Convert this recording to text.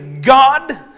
God